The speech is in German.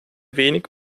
wenig